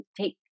take